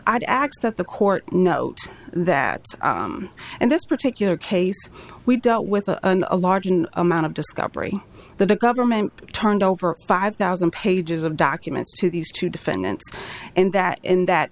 that the court note that and this particular case we dealt with a large amount of discovery the government turned over five thousand pages of documents to these two defendants and that in that